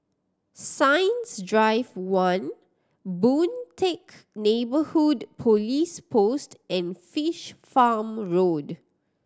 Science Drive One Boon Teck Neighbourhood Police Post and Fish Farm Road